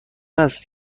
است